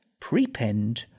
prepend